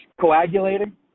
coagulating